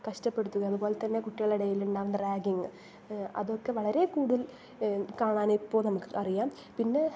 കഷ്ട്ടപ്പെടുത്തുകയും അതുപോലെ തന്നെ കുട്ടികളുടെ ഇടയിലുണ്ടാവുന്ന റാഗിങ്ങ് അതൊക്കെ വളരെ കൂടുതൽ കാണാനിപ്പോൾ നമുക്കറിയാം പിന്നെ